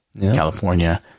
California